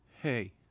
Hey